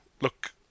look